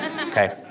Okay